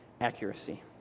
accuracy